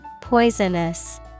Poisonous